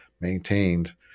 maintained